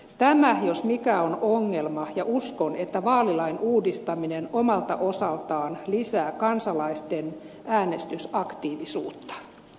tämä jos mikä on ongelma ja uskon että vaalilain uudistaminen omalta osaltaan lisää kansalaisten äänestysaktiivisuutta